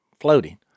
floating